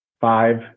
five